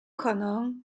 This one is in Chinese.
可能